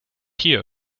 hier